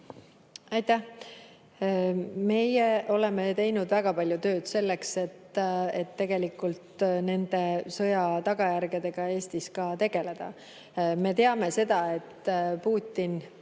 Aitäh! Meie oleme teinud väga palju tööd selleks, et sõja tagajärgedega Eestis tegeleda. Me teame seda, et Putin